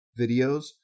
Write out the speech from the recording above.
videos